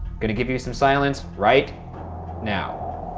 gonna give you some silence right now.